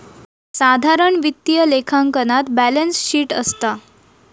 साधारण वित्तीय लेखांकनात बॅलेंस शीट असता